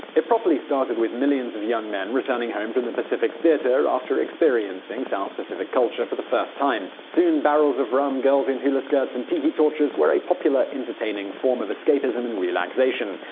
it popularly started with millions of young men returning home from the pacific theater after experiencing south pacific culture for the first time. soon barrels of rum, girls in hula skirts, and tiki torches were a popular entertaining form of escapism and relaxation.